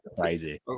crazy